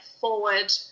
forward